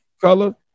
color